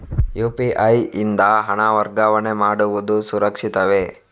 UPI ಯಿಂದ ಹಣ ವರ್ಗಾವಣೆ ಮಾಡುವುದು ಸುರಕ್ಷಿತವೇ?